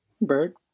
Bird